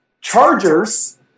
chargers